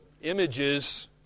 images